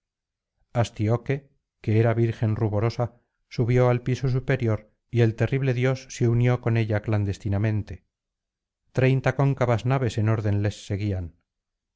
azida astíoque que era virgen ruborosa subió al piso superior y el terrible dios se unió con ella clandestinamente treinta cóncavas naves en orden les seguían